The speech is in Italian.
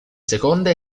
seconda